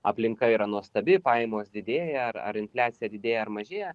aplinka yra nuostabi pajamos didėja ar ar infliacija didėja ar mažėja